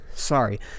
sorry